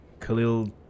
Khalil